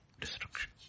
Destruction